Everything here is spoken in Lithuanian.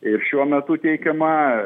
ir šiuo metu teikiama